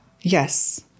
Yes